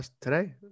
today